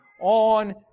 on